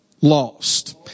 lost